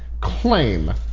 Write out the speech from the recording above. claim